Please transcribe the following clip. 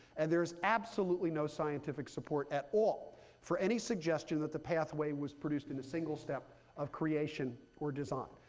and there is absolutely no scientific support at all for any suggestion that the pathway was produced in a single step of creation or design.